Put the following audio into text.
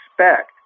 expect